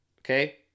Okay